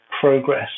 progress